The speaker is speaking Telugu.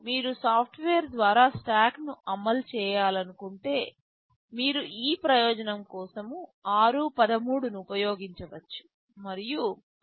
మీరు సాఫ్ట్వేర్ ద్వారా స్టాక్ను అమలు చేయాలనుకుంటే మీరు ఈ ప్రయోజనం కోసం r13 ను ఉపయోగించవచ్చు